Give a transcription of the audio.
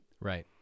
Right